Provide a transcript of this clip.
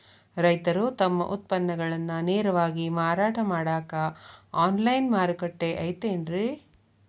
ರೈತರು ತಮ್ಮ ಉತ್ಪನ್ನಗಳನ್ನ ನೇರವಾಗಿ ಮಾರಾಟ ಮಾಡಾಕ ಆನ್ಲೈನ್ ಮಾರುಕಟ್ಟೆ ಐತೇನ್ರಿ?